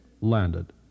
landed